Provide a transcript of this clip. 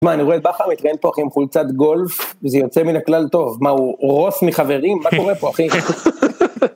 מה, אני רואה בכר מתנהל פה, אחי, עם חולצת גולף, וזה יוצא מן הכלל טוב, מה, הוא רוס מחברים? מה קורה פה, אחי?